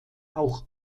auch